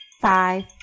five